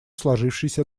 сложившейся